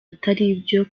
ataribyo